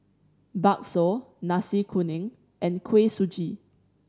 bakso Nasi Kuning and Kuih Suji